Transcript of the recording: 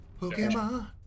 Pokemon